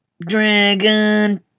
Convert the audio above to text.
dragon